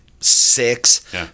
six